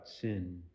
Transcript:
sin